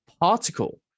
particle